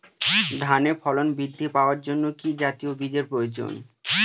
ধানে ফলন বৃদ্ধি পাওয়ার জন্য কি জাতীয় বীজের প্রয়োজন?